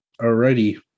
Alrighty